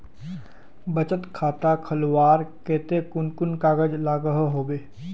बचत खाता खोलवार केते कुन कुन कागज लागोहो होबे?